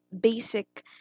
basic